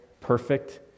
perfect